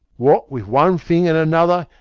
what with one thing and another,